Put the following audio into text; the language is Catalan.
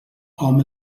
hom